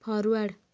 forward